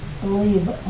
believe